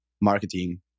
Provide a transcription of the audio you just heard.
marketing